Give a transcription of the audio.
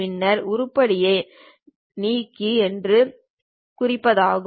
பின்வரும் உருப்படியை நீக்கு என்று அது கூறுகிறதா